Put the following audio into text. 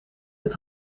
het